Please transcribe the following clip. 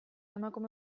emakume